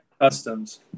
Customs